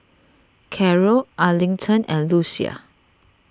Carrol Arlington and Lucia